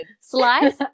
slice